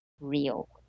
real